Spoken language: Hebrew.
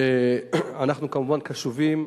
ואנחנו, כמובן, קשובים,